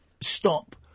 stop